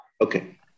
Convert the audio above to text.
okay